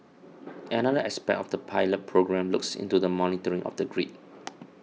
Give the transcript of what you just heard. another aspect of the pilot programme looks into the monitoring of the grid